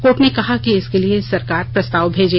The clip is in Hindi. कोर्ट ने कहा कि इसके लिए सरकार प्रस्ताव भेजे